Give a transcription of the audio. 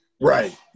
Right